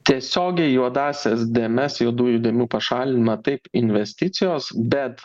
tiesiogiai juodąsias dėmes juodųjų dėmių pašalinimą taip investicijos bet